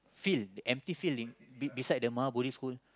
field the empty field in be beside the Maha-Bodhi-School